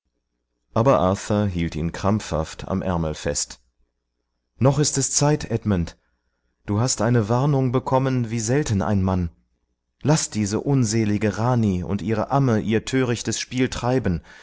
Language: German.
aber arthur hielt ihn krampfhaft am ärmel fest noch ist es zeit edmund du hast eine warnung bekommen wie selten ein mann laß diese unselige rani und ihre amme ihr törichtes spiel treiben